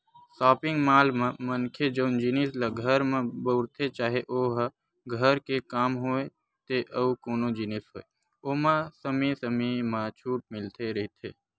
shopping mall म मनखे जउन जिनिस ल घर म बउरथे चाहे ओहा घर के काम होय ते अउ कोनो जिनिस होय ओमा समे समे म छूट मिलते रहिथे